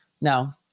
No